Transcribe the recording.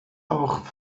auch